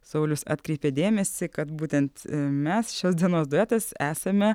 saulius atkreipė dėmesį kad būtent mes šios dienos duetas esame